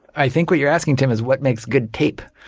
i think what you're asking, tim, is what makes good tape,